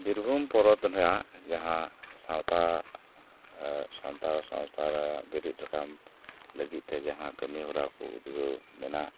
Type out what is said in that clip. ᱵᱤᱨᱵᱷᱩᱢ ᱯᱚᱱᱚᱛ ᱨᱮᱭᱟᱜ ᱡᱟᱦᱟᱸ ᱥᱟᱶᱛᱟ ᱥᱟᱱᱛᱟᱲ ᱥᱟᱶᱛᱟ ᱨᱮ ᱵᱮᱨᱮᱫ ᱟᱠᱟᱱ ᱞᱟᱹᱜᱤᱫ ᱛᱮ ᱡᱟᱦᱟᱸ ᱠᱟᱹᱢᱤ ᱦᱚᱨᱟ ᱠᱚ ᱩᱫᱽᱜᱟᱹᱣ ᱢᱮᱱᱟᱜ